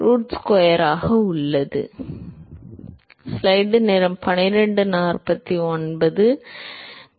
எனவே dpsi by dy என்பது nu x இன் வர்க்க மூலத்தில் nu x இன் ஸ்கொயர் ரூட்டாக உள்ளது